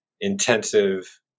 intensive